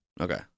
Okay